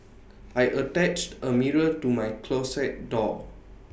I attached A mirror to my closet door